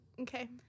Okay